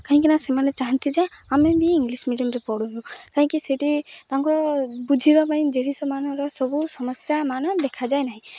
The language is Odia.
କାହିଁକି ନା ସେମାନେ ଚାହାଁନ୍ତି ଯେ ଆମେ ବି ଇଂଲିଶ୍ ମିଡ଼ିୟମ୍ରେ ପଢ଼ିବୁ କାହିଁକି ସେଇଠି ତାଙ୍କ ବୁଝିବା ପାଇଁ ମାନର ସବୁ ସମସ୍ୟା ମାନ ଦେଖାଯାଏ ନାହିଁ